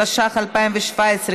התשע"ח 2017,